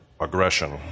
Aggression